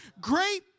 great